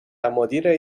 مدیرش